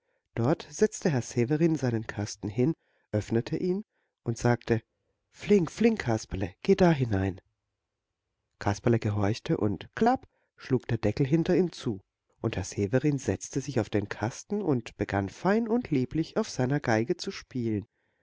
dort setzte herr severin seinen kasten hin öffnete ihn und sagte flink flink kasperle geh dahinein kasperle gehorchte und klapp schlug der deckel hinter ihm zu und herr severin setzte sich auf den kasten und begann fein und lieblich auf seiner geige zu spielen